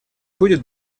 будет